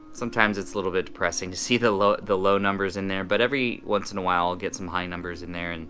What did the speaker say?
sometimes it's a little bit depressing to see the low the low numbers in there. but every once in awhile i'll get some high numbers in there. and